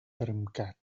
termcat